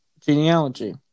Genealogy